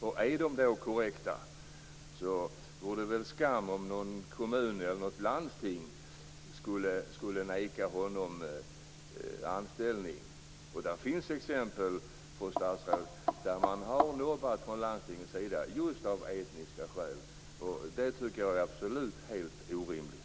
Om de då är korrekta vore det väl skam om någon kommun eller något landsting skulle neka honom anställning. Det finns, fru statsråd, exempel på att man från landstingets sida har nobbat just av etniska skäl. Det tycker jag är absolut helt orimligt.